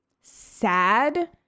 sad